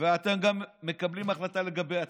ואתם גם מקבלים החלטה לגבי עצמכם,